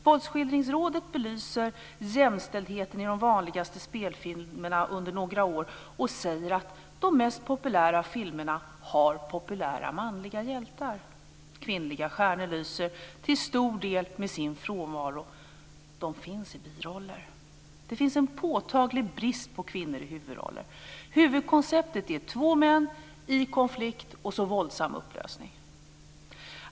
Våldsskildringsrådet har belyst jämställdheten i de vanligaste spelfilmerna under några år och säger att de mest populära filmerna har populära manliga hjältar. Kvinnliga stjärnor lyser till stor del med sin frånvaro. De finns i biroller. Det finns en påtaglig brist på kvinnor i huvudroller. Huvudkonceptet är två män i konflikt och våldsam upplösning.